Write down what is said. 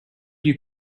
you